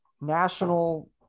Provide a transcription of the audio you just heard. national